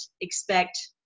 expect